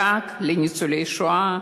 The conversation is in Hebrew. הוא דאג לניצולי השואה,